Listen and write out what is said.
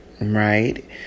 right